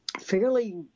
fairly